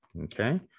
okay